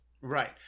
Right